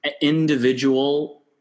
individual